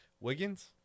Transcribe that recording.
Wiggins